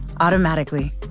automatically